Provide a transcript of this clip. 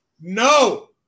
no